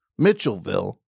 Mitchellville